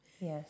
Yes